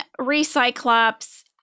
Recyclops